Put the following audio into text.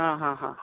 हा हा हा